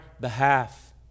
behalf